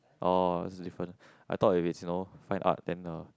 orh it's different I thought if it's you know fine art then uh